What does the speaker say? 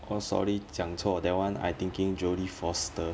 orh sorry 讲错 that one I thinking jodie foster